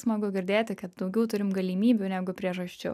smagu girdėti kad daugiau turim galimybių negu priežasčių